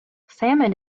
salmon